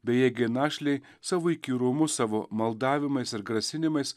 bejėgė našlei savo įkyrumu savo maldavimais ir grasinimais